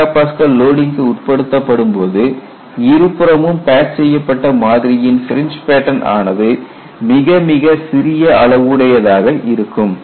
79 MPa லோடிங்க்கு உட்படுத்தப்படும்போது இருபுறமும் பேட்ச் செய்யப்பட்ட மாதிரியின் ஃபிரிஞ்ச் பேட்டன் ஆனது மிகமிக சிறிய அளவுடையதாக இருக்கும்